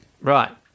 Right